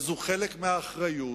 זה חלק מהאחריות